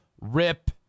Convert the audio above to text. rip